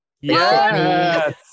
Yes